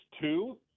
two